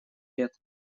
лет